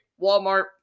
Walmart